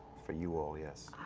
for you all, yes.